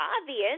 obvious